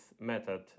method